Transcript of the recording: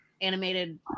animated